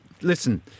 listen